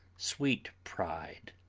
sweet pride,